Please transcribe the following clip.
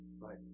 Right